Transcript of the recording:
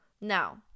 Now